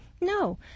No